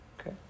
Okay